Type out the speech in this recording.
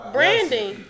Branding